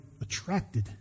attracted